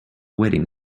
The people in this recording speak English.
wedding